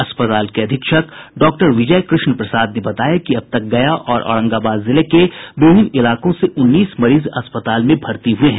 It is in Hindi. अस्पताल के अधीक्षक डॉक्टर विजय कृष्ण प्रसाद ने बताया कि अब तक गया और औरंगाबाद जिले के विभिन्न इलाकों से उन्नीस मरीज अस्पताल में भर्ती हुए हैं